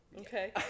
Okay